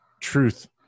truth